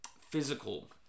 physical